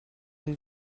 une